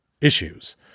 issues